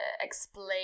explain